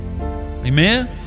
Amen